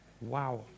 Wow